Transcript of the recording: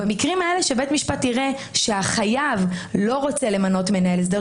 במקרים האלה שבית משפט יראה שהחייב לא רוצה למנות מנהל הסדר,